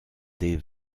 des